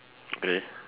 really